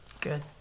Good